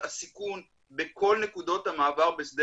זה קורה בכל העולם.